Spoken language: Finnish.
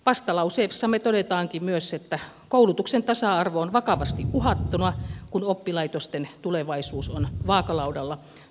vastalauseessamme todetaankin myös että koulutuksen tasa arvo on vakavasti uhattuna kun oppilaitosten tulevaisuus on vaakalaudalla